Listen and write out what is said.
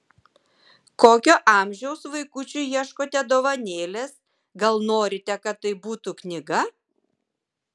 kokio amžiaus vaikučiui ieškote dovanėlės gal norite kad tai būtų knyga